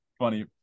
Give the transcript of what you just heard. funny